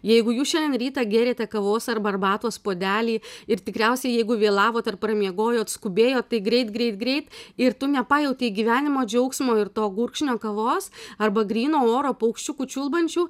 jeigu jūs šiandien rytą gėrėte kavos arba arbatos puodelį ir tikriausiai jeigu vėlavot ar pramiegojot skubėjot tai greit greit greit ir tu nepajautei gyvenimo džiaugsmo ir to gurkšnio kavos arba gryno oro paukščiukų čiulbančių